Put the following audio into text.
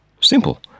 Simple